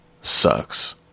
sucks